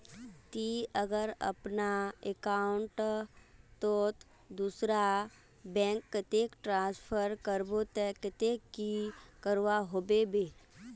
ती अगर अपना अकाउंट तोत दूसरा बैंक कतेक ट्रांसफर करबो ते कतेक की करवा होबे बे?